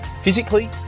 physically